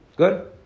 Good